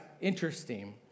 interesting